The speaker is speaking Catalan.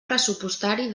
pressupostari